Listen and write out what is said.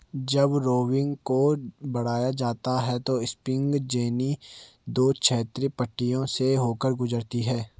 जब रोविंग को बढ़ाया जाता है स्पिनिंग जेनी दो क्षैतिज पट्टियों से होकर गुजरती है